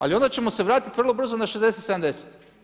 Ali onda ćemo se vratiti vrlo brzo na 60, 70.